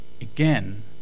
again